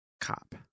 Cop